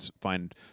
find